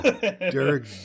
Derek